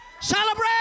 Celebrate